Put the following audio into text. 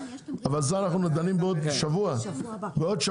אבל בזה נדון בעוד שבוע.